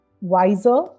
wiser